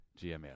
GML